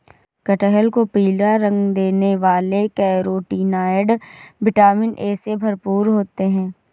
कटहल को पीला रंग देने वाले कैरोटीनॉयड, विटामिन ए से भरपूर होते हैं